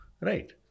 Right